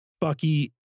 Bucky